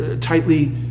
tightly